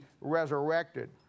resurrected